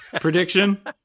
prediction